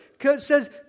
says